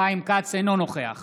אינו נוכח